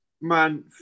Man